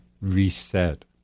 reset